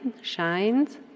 shines